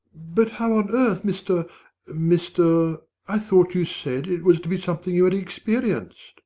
but how on earth, mr mr i thought you said it was to be something you had experienced.